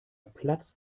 platzt